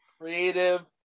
creative